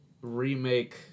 remake